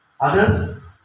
Others